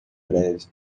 breve